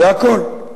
זה הכול.